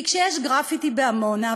כי כשיש גרפיטי בעמונה,